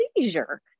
seizure